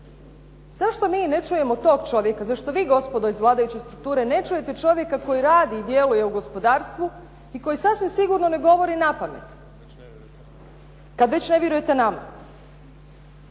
Zašto mi ne čujemo tog čovjeka? Zašto vi gospodo iz vladajuće strukture ne čujete čovjeka koji radi i djeluje u gospodarstvu i koji sasvim sigurno ne govori napamet kad već ne vjerujete nama?